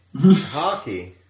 Hockey